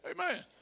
Amen